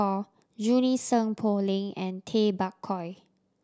Junie Sng Poh Leng and Tay Bak Koi